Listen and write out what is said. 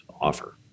offer